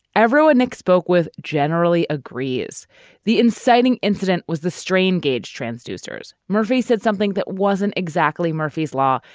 everyone next spoke with generally agrees the inciting incident was the strain gauge transducers. murphy said something that wasn't exactly murphy's law.